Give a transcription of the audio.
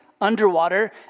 underwater